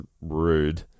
rude